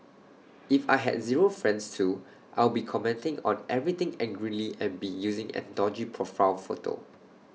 if I had zero friends too I'd be commenting on everything angrily and be using an dodgy profile photo